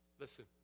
Listen